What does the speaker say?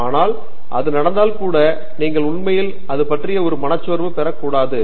ஆனால் அது நடந்தால் கூட நீங்கள் உண்மையில் அதை பற்றி ஒரு மனச்சோர்வு பெற கூடாது